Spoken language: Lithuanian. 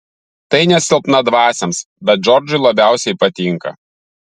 tai ne silpnadvasiams bet džordžui labiausiai patinka